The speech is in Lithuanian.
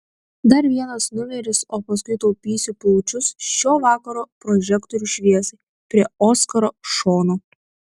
dar vienas numeris o paskui taupysiu plaučius šio vakaro prožektorių šviesai prie oskaro šono